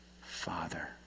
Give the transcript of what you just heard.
Father